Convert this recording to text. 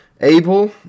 Abel